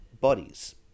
bodies